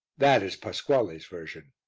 that is pasquale's version.